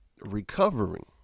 recovering